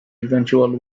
eventual